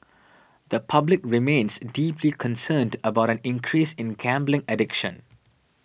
the public remains deeply concerned about an increase in gambling addiction